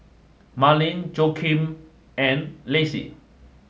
Marleen Joaquin and Lacy